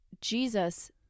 Jesus